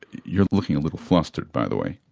you're looking a little flustered, by the way.